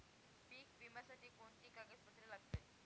पीक विम्यासाठी कोणती कागदपत्रे लागतील?